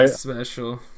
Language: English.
special